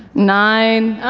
nine.